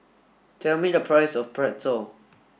tell me the price of Pretzel